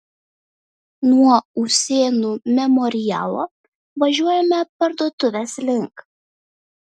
nuo usėnų memorialo važiuojame parduotuvės link